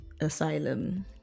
asylum